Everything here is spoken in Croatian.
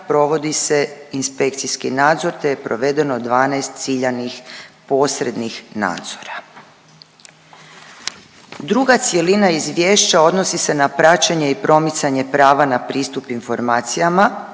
provodi se inspekcijski nadzor te je provedeno 12 ciljanih posrednih nadzora. Druga cjelina izvješća odnosi se na praćenje i promicanje prava na pristup informacijama